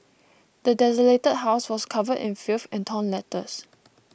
the desolated house was covered in filth and torn letters